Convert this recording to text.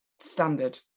standard